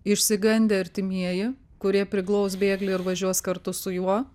išsigandę artimieji kurie priglaus bėglį ir važiuos kartu su juo